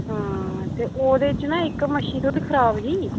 हां ते ओह्दे च ना इक मच्छी थोआड़ी खराब ही